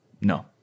No